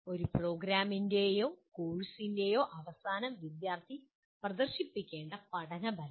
ഒരു പ്രോഗ്രാമിൻ്റെയോ കോഴ്സിൻ്റെയോ അവസാനം വിദ്യാർത്ഥി പ്രദർശിപ്പിക്കേണ്ട പഠന ഫലങ്ങൾ